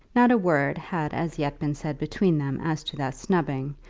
not a word had as yet been said between them as to that snubbing,